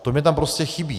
To mi tam prostě chybí.